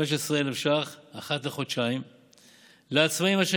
15,000 ש"ח אחת לחודשיים לעצמאים אשר